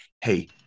hey